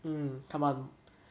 mm come on